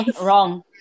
Wrong